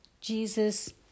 Jesus